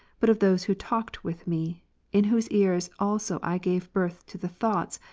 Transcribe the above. but of those who talked with me in whose ears also i gave birth to the thoughts,